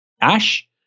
Ash